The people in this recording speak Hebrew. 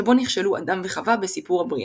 שבו נכשלו אדם וחוה בסיפור הבריאה.